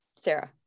Sarah